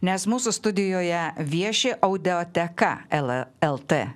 nes mūsų studijoje vieši audioteka ela lt